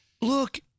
look